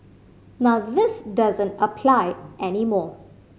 now this doesn't apply any more